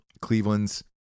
Cleveland's